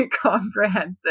comprehensive